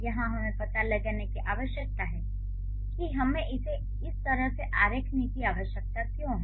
यहां हमें यह पता लगाने की आवश्यकता है कि हमें इसे इस तरह से आरेखनी की आवश्यकता क्यों है